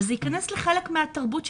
וזה יהיה חלק מהתרבות שלהם.